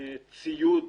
ציוד